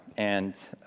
and